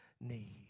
need